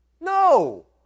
No